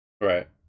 right